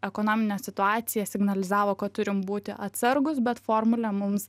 ekonominė situacija signalizavo kad turim būti atsargūs bet formulė mums